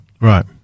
right